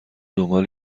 دنبال